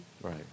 Right